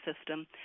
system